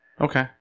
Okay